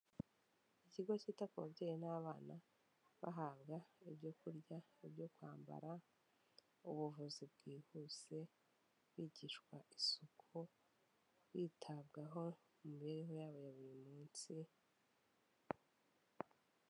Ikigo cyita ku babyeyi n'abana bahabwa ibyo kurya, ibyo kwambara, ubuvuzi bwihuse, bigishwa isuku, bitabwaho mu mibereho yabo ya buri munsi.